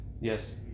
Yes